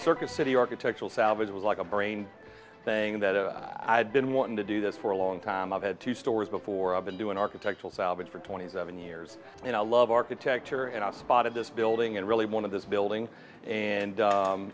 circuit city or protection salvage was like a brain thing that i had been wanting to do this for a long time i've had two stores before i've been doing architectural salvage for twenty seven years and i love architecture and i spotted this building and really one of this building and